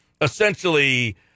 essentially